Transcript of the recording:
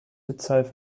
itself